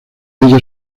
ella